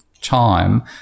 time